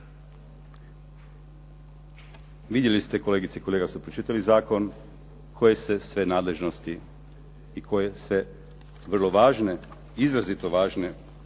Vidjeli ste kolegice i kolege ako ste pročitali zakon koje se sve nadležnosti i koje se vrlo važne, izrazito važne